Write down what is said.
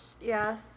Yes